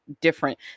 different